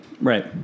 Right